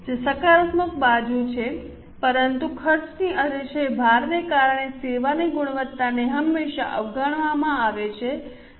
જે સકારાત્મક બાજુ છે પરંતુ ખર્ચની અતિશય ભારને કારણે સેવાની ગુણવત્તાને હંમેશા અવગણવામાં આવે છે